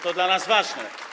To dla nas ważne.